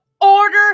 order